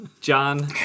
John